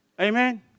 Amen